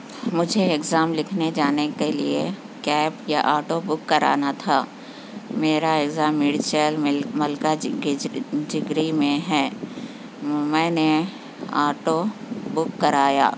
مجھے ایگزام لکھنے جانے کے لیے کیب یا آٹو بک کرانا تھا میرا ایگزام میڈیچل ملک ملکہ جگری میں ہے میں نے آٹو بک کرایا